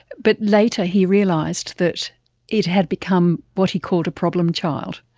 but later he realised that it had become what he called a problem child.